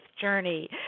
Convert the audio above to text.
journey